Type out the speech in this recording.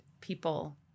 people